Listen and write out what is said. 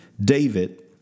David